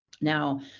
Now